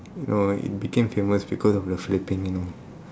no it became famous because of the flipping you know